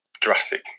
drastic